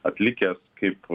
atlikęs kaip